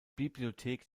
bibliothek